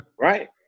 Right